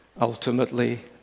Ultimately